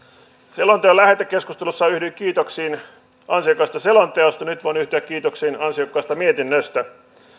selonteon lähetekeskustelussa yhdyin kiitoksiin ansiokkaasta selonteosta nyt voin yhtyä kiitoksiin ansiokkaasta mietinnöstä